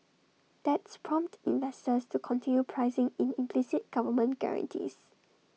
that's prompted investors to continue pricing in implicit government guarantees